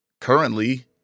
currently